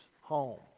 home